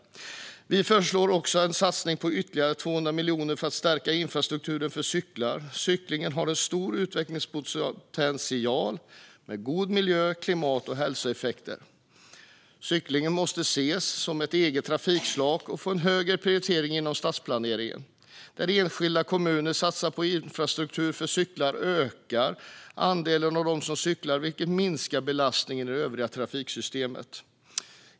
Vi föreslår också en satsning på ytterligare 200 miljoner kronor för att stärka infrastrukturen för cyklar. Cyklingen har en stor utvecklingspotential med goda miljö, klimat och hälsoeffekter. Cyklingen måste ses som ett eget trafikslag och få en högre prioritering inom stadsplaneringen. Där enskilda kommuner satsar på infrastruktur för cyklar ökar andelen som cyklar, vilket minskar belastningen i det övriga trafiksystemet.